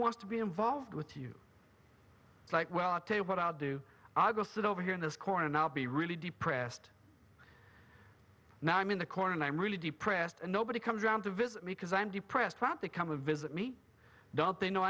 wants to be involved with you it's like well i tell you what i'll do i'll go sit over here in this corner and i'll be really depressed now i'm in the corner and i'm really depressed and nobody comes around to visit me because i'm depressed that they come to visit me don't they know